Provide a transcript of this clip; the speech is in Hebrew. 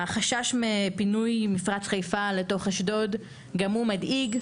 החשש מפינוי מפרץ חיפה לתוך אשדוד גם הוא מדאיג.